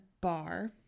bar